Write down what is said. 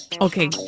Okay